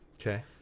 Okay